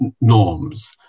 norms